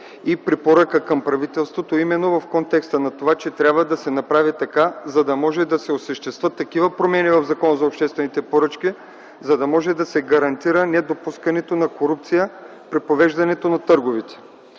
препоръка към правителството именно в контекста на това, че трябва да се осъществят такива промени в Закона за обществените поръчки, че да се гарантира недопускането на корупция при провеждането на търговете.